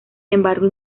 embargo